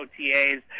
otas